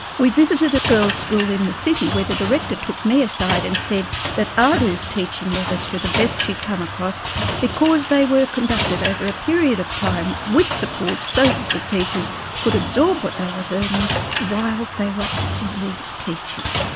we visited a girls' school in the city where the director took me aside and said that aado's teaching methods were the best she'd come across because they were conducted over a period of time with support so that the teachers could absorb what they were learning while they were actively teaching.